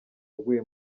aguye